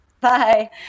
bye